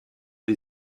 die